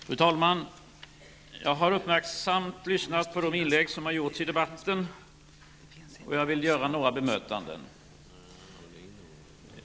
Fru talman! Jag har uppmärksamt lyssnat till de inlägg som har gjorts i debatten, och jag vill göra några bemötanden.